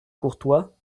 courtois